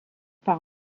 par